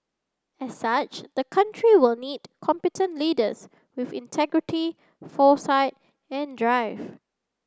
as such the country will need competent leaders with integrity foresight and drive